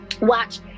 Watch